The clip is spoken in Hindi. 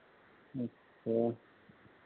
अच्छा